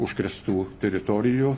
užkrėstų teritorijų